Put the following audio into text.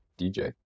DJ